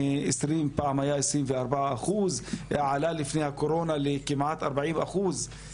כשפעם היו 24 אחוזים ולפני הקורונה האחוז עלה לכמעט 40 אחוזים,